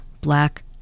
Black